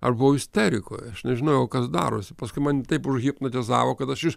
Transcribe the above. aš buvau isterikoj aš nežinojau kas darosi paskui mane taip užhipnotizavo kad aš iš